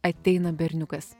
ateina berniukas